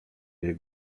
jej